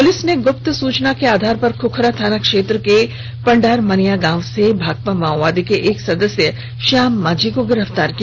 police ने गुप्त सूचना के आधार पर खुखरा थाना क्षेत्र के पण्डारमानिया गाँव से भाकपा माओवादी के एक सदस्य श्याम मांझी को गिरफ्तार किया